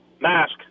Mask